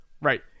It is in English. right